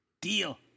Deal